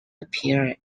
appear